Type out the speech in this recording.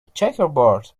checkerboard